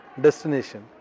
destination